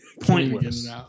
pointless